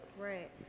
right